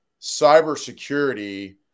cybersecurity